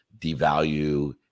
devalue